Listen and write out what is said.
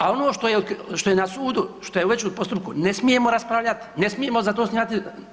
A ono što je na sudu, što je već u postupku ne smijemo raspravljati, ne smijemo za to znati.